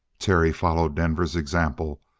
terry followed denver's example,